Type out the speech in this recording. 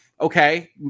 Okay